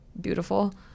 beautiful